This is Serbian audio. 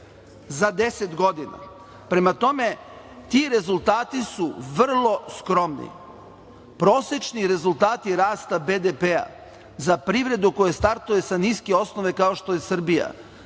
deset godina. Prema tome, ti rezultati su vrlo skromni. Prosečni rezultati rasta BDP za privredu koja startuje od niske osnove kao što je Srbija